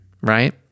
right